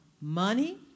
money